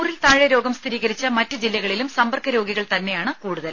നൂറിൽ താഴെ രോഗം സ്ഥീരീകരിച്ച മറ്റ് ജില്ലകളിലും സമ്പർക്ക രോഗികൾ തന്നെയാണ് കൂടുതൽ